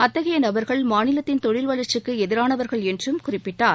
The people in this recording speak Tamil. அத்தகைய நபர்கள் மாநிலத்தின் தொழில் வளர்ச்சிக்கு எதிரானவர்கள் என்றும் அவர் குறிப்பிட்டார்